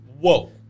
whoa